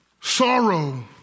Sorrow